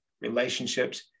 Relationships